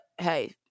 hey